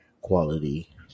quality